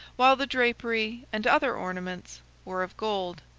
while the drapery and other ornaments were of gold.